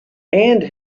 and